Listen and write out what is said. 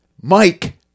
Mike